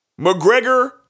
McGregor